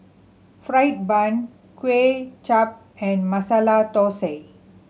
fried bun Kway Chap and Masala Thosai